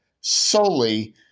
solely